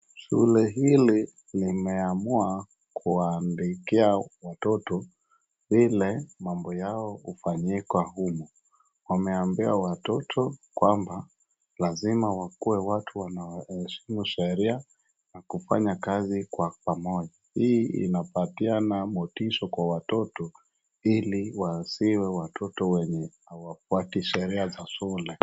Shule hili limeamua kuwaandikia watoto vile mambo yao hufanyika humu. Wameambia watoto kwamba lazima wakuwe watu wanahesimu sheria, na kufanya kazi kwa pamoja. Hii inapatiana motisha kwa watoto ili wasiwe watoto wenye hawafwati sheria za shule.